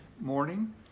morning